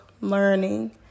learning